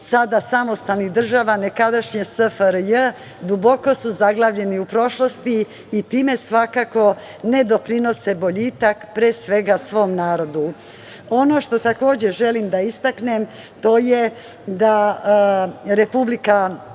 samostalnih država nekadašnje SFRJ duboko su zaglavljeni u prošlosti i time svakako ne doprinose boljitak pre svega svom narodu. Ono što takođe želim da istaknem je da Republika